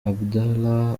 abdallah